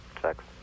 sex